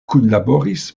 kunlaboris